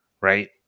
right